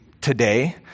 today